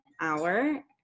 hour